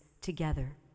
together